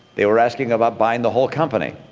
they were asking about buying the whole company.